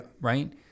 right